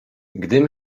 gdym